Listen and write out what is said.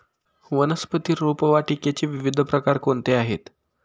वनस्पती रोपवाटिकेचे विविध प्रकार कोणते आहेत?